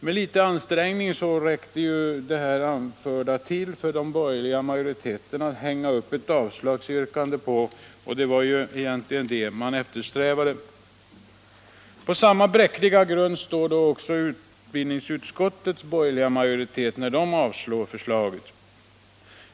Med litet ansträngning räckte det anförda till för den borgerliga majoriteten att hänga upp ett avslagsyrkande på, och det var egentligen det man eftersträvade. På samma bräckliga grund står även utbildningsutskottets borgerliga majoritet, när den avstyrker vårt förslag.